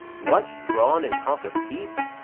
what, drawn, and talk of peace?